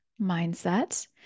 mindset